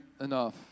enough